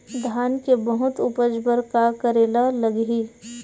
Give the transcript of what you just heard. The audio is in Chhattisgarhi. धान के बहुत उपज बर का करेला लगही?